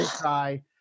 try